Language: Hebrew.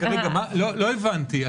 לא הבנתי.